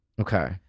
Okay